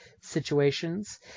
situations